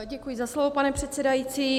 Děkuji za slovo, pane předsedající.